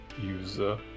user